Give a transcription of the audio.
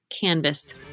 Canvas